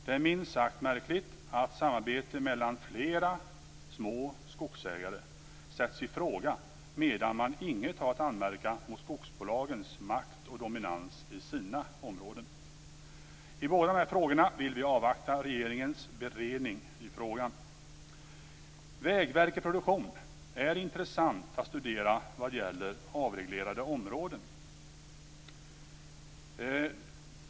Det är minst sagt märkligt att samarbete mellan flera små skogsägare sätts i fråga medan man inget har att anmärka mot skogsbolagens makt och dominans på sina områden. I båda de här frågorna vill vi avvakta regeringens beredning i frågan. Vägverket Produktion är intressant att studera vad gäller avreglerade områden.